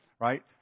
right